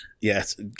yes